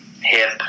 hip